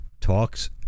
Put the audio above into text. talks